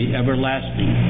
everlasting